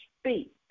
speak